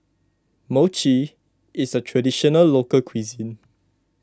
Mochi is a Traditional Local Cuisine